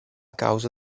causa